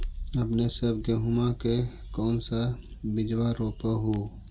अपने सब गेहुमा के कौन सा बिजबा रोप हू?